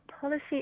policy